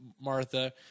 Martha